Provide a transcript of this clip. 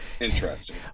interesting